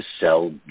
sell